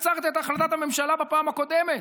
עצרת את החלטת הממשלה בפעם הקודמת.